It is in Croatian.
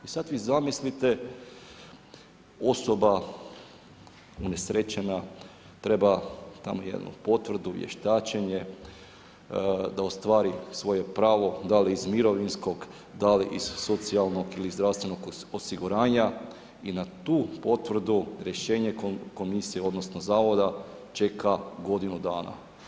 I sad vi zamislite, osoba unesrečena treba tamo jednu potvrdu, vještačenje da ostvari svoje pravo da li iz mirovinskog, da li ih socijalnog ili zdravstvenog osiguranja i na tu potvrdu rješenje komisije odnosno zavoda čeka godinu dana.